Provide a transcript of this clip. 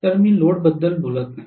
तर मी लोड बद्दल बोलत नाही